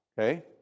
Okay